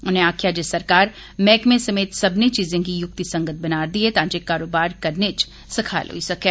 उनें आक्खेआ जे सरकार मैह्कमें समेत सब्मनें चीजें गी युक्ति संगत बना करदी ऐ तां जे कारोबार करने च सखाल होई सकै